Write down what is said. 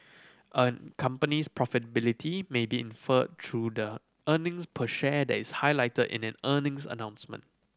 a company's profitability may be inferred through the earnings per share that is highlighted in an earnings announcement